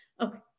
Okay